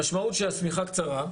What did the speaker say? המשמעות היא שהשמיכה קצרה,